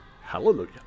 hallelujah